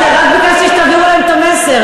רק ביקשתי שתעבירו להם את המסר.